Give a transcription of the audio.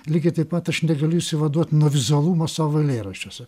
lygiai taip pat aš negaliu išsivaduot nuo vizualumo savo eilėraščiuose